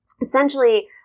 essentially